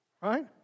right